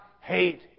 hate